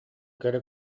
кэрэ